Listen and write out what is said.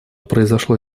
произошло